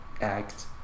act